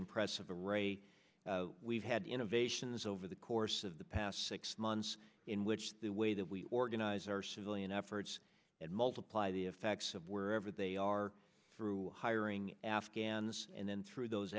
impressive array we've had innovations over the course of the past six months in which the way that we organize our civilian efforts and multiply the effects of wherever they are through hiring afghans and then through those